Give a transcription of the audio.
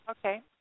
Okay